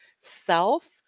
self